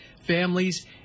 families